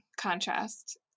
contrast